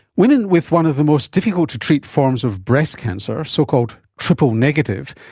women with one of the most difficult to treat forms of breast cancer, so-called triple-negative,